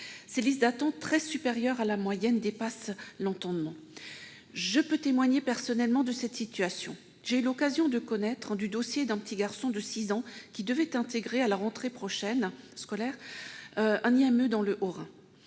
Ces listes d'attente très supérieures à la moyenne dépassent l'entendement. Je peux témoigner personnellement de cette situation, car j'ai eu l'occasion de connaître du dossier d'un petit garçon de 6 ans qui devrait intégrer un IMP (institut médico-pédagogique) dans le Haut-Rhin